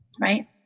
right